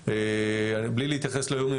בלי להתייחס לאיומים,